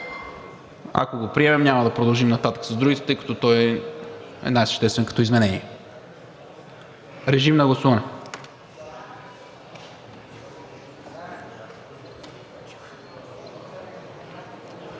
Ако го приемем, няма да продължим нататък с другите, тъй като той е най съществен като изменение. Режим на гласуване.